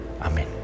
Amen